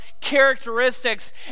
characteristics